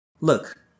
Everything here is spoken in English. Look